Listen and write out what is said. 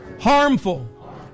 harmful